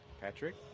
Patrick